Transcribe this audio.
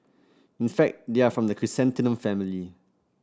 in fact they are from the chrysanthemum family